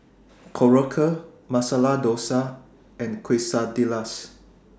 Korokke Masala Dosa and Quesadillas